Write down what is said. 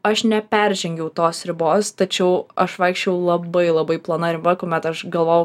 aš neperžengiau tos ribos tačiau aš vaikščiojau labai labai plona riba kuomet aš galvojau